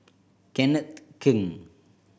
Kenneth Keng